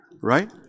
right